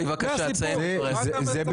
זה הסיפור פה.